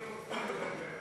חייבת,